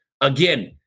Again